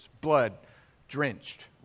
blood-drenched